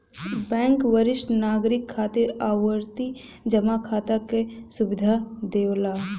bank वरिष्ठ नागरिक खातिर आवर्ती जमा खाता क सुविधा देवला